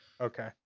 Okay